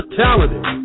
talented